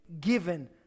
given